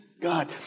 God